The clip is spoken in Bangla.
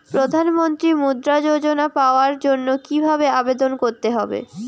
প্রধান মন্ত্রী মুদ্রা যোজনা পাওয়ার জন্য কিভাবে আবেদন করতে হবে?